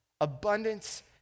abundance